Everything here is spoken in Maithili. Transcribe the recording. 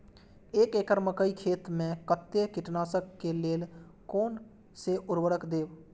एक एकड़ मकई खेत में कते कीटनाशक के लेल कोन से उर्वरक देव?